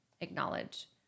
acknowledge